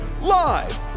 Live